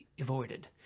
avoided